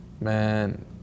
man